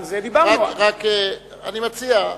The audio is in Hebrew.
רק אני מציע,